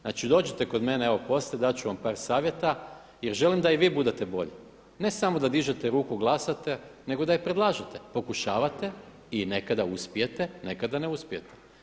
Znači dođite kod mene, evo poslije, dati ću vam par savjeta jer želim da i vi budete bolji, ne samo da dižete ruku, glasate nego da i predlažete, pokušavate i nekada uspijete, nekada ne uspijete.